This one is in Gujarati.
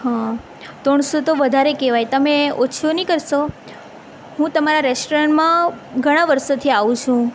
હ ત્રણસો તો વધારે કહેવાય તમે ઓછું નહીં કરશો હું તમારા રેસ્ટોરન્ટમાં ઘણા વર્ષોથી આવું છું